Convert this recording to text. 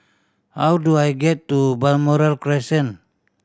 how do I get to Balmoral Crescent